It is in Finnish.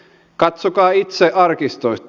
katsokaa itse arkistoista